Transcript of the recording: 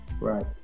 right